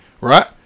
right